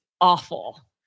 awful